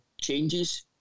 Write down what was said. changes